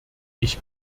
ich